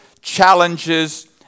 challenges